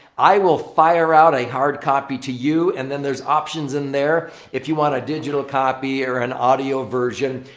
i will fire out a hard copy to you and then there's options in there if you want a digital copy or an audio version.